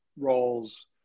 roles